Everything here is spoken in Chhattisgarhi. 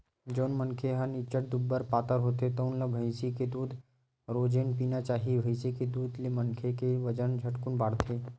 जउन मनखे ह निच्चट दुबर पातर होथे तउन ल भइसी के दूद रोजेच पीना चाही, भइसी के दूद ले मनखे के बजन ह झटकुन बाड़थे